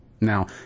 Now